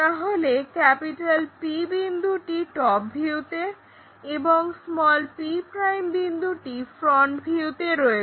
তাহলে P বিন্দুটি top ভিউতে এবং p বিন্দুটি ফ্রন্ট ভিউ রয়েছে